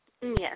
Yes